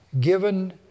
given